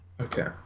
Okay